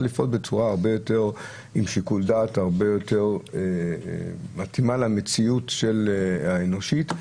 להפעיל שיקול דעת מתאים יותר למציאות האנושית,